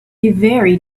very